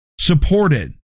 supported